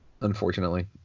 Unfortunately